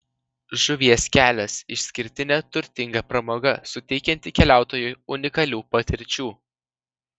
žuvies kelias išskirtinė turtinga pramoga suteikianti keliautojui unikalių patirčių